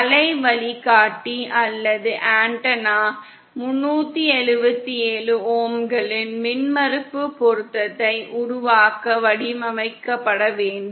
அலை வழிகாட்டி அல்லது ஆண்டெனா 377 ஓம்களின் மின்மறுப்பு பொருத்தத்தை உருவாக்க வடிவமைக்கப்பட வேண்டும்